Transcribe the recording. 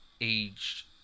aged